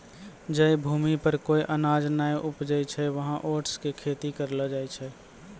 जै भूमि पर कोय अनाज नाय उपजै छै वहाँ ओट्स के खेती करलो जाय छै